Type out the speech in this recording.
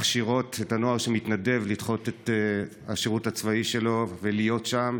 מכשירות את הנוער שמתנדב לדחות את השירות הצבאי שלו ולהיות שם,